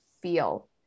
feel